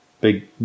big